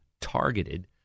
targeted